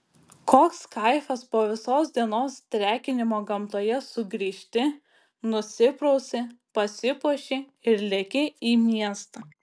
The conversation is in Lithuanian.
koks kaifas po visos dienos trekinimo gamtoje sugrįžti nusiprausi pasipuoši ir leki į miestą